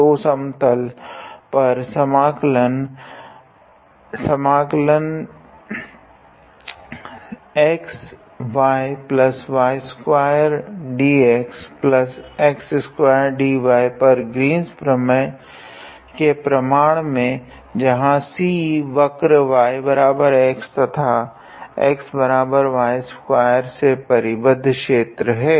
तो समतल पर समाकलन पर ग्रीन्स प्रमेय के प्रमाण में जहाँ C वक्र yx तथा xy2 से परिबद्ध क्षेत्र है